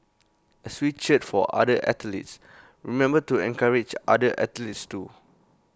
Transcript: as we cheer for other athletes remember to encourage other athletes too